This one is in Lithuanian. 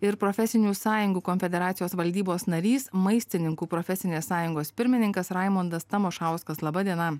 ir profesinių sąjungų konfederacijos valdybos narys maistininkų profesinės sąjungos pirmininkas raimundas tamošauskas laba diena